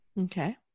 Okay